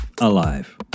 alive